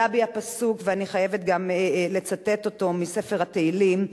עלה בי הפסוק, ואני חייבת לצטט אותו, מספר תהילים,